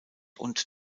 und